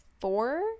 four